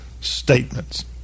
statements